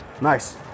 nice